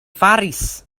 faris